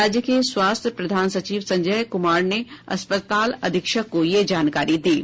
राज्य के स्वास्थ्य प्रधान सचिव संजय कुमार ने अस्पताल अधीक्षक को यह जानकारी दी है